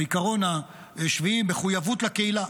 העיקרון השביעי: מחויבות לקהילה,